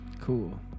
cool